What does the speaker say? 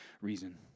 reason